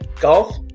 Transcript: golf